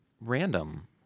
random